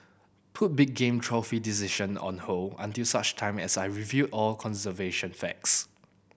put big game trophy decision on hold until such time as I review all conservation facts